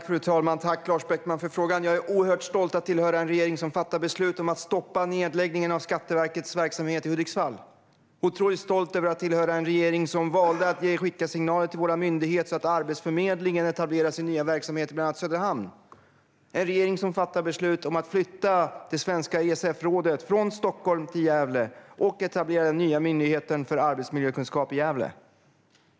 Fru talman! Tack, Lars Beckman, för frågan! Jag är oerhört stolt över att tillhöra en regering som fattat beslut om att stoppa nedläggningen av Skatteverkets verksamhet i Hudiksvall, som valt att skicka signaler till sin myndighet så att Arbetsförmedlingen etablerar sin nya verksamhet i bland annat Söderhamn och som fattat beslut om att flytta Svenska ESF-rådet från Stockholm till Gävle och etablera den nya myndigheten för arbetsmiljökunskap i Gävle.